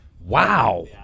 Wow